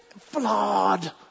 flawed